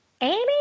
Amy